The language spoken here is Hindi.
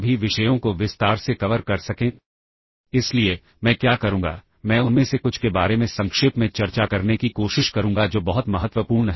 यह महज उसका उल्टा होता है तो यह पुश पॉप इंस्ट्रक्शंस मेमोरी में कुछ टेंपरेरी वालुज को जमा करने में लाभदायक हो सकते हैं